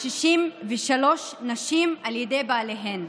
163 נשים בידי בעליהן,